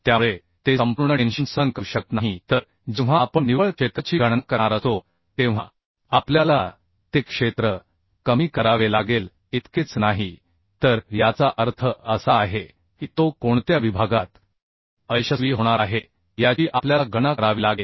त्यामुळे ते संपूर्ण टेन्शन सहन करू शकत नाही तर जेव्हा आपण निव्वळ क्षेत्राची गणना करणार असतो तेव्हा आपल्याला ते क्षेत्र कमी करावे लागेल इतकेच नाही तर याचा अर्थ असा आहे की तो कोणत्या विभागात अयशस्वी होणार आहे याची आपल्याला गणना करावी लागेल